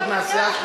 אולי בכל זאת נעשה,